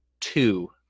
two